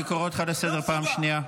אני קורא אותך לסדר פעם שנייה.